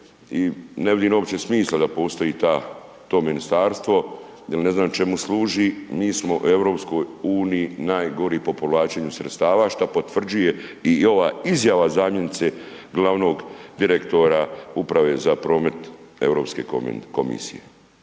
ne vidim uopće smisla da postoji ta, to ministarstvo jel ne znam čemu služi, mi smo u Eu najgori po povlačenju sredstava šta potvrđuje i ova izjava zamjenice glavnog direktora Uprave za promet Europske komisije.